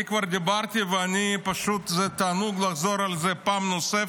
אני כבר דיברתי, וזה תענוג לחזור על זה פעם נוספת.